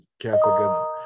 catholic